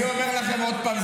אני אומר לכם עוד פעם,